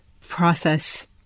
process